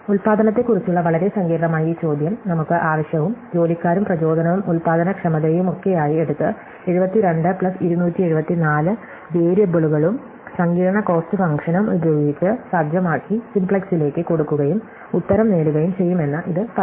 ഉൽപാദനത്തെക്കുറിച്ചുള്ള വളരെ സങ്കീർണ്ണമായ ഈ ചോദ്യം നമുക്ക് ആവശ്യവും ജോലിക്കാരും പ്രചോദനവും ഉൽപാദനക്ഷമതയുമൊക്കെയായി എടുത്ത് 72 പ്ലസ് 274 വേരിയബിളുകളും സങ്കീർണ്ണ കോസ്റ്റ് ഫംഗ്ഷനും ഉപയോഗിച്ച് സജ്ജമാക്കി സിംപ്ലക്സിലേക്ക് കൊടുക്കുകയും ഉത്തരം നേടുകയും ചെയ്യുമെന്ന് ഇത് പറയുന്നു